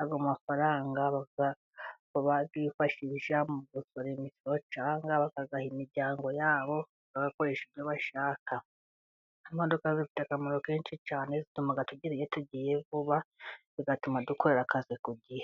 Ayo mafaranga bayifashisha mu gusora imisoro cyangwa bakayaha imiryango yabo bagakoresha ibyo bashaka. Imodoka zifite akamaro kenshi cyane, zituma tugera iyo tugiye vuba, bigatuma dukora akazi ku gihe.